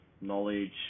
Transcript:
knowledge